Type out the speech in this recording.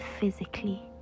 physically